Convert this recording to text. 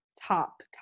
top